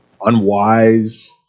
unwise